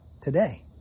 today